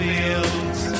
Fields